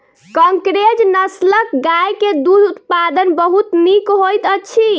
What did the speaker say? कंकरेज नस्लक गाय के दूध उत्पादन बहुत नीक होइत अछि